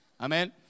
Amen